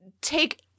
take